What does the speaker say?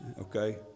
okay